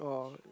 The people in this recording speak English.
oh